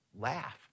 laugh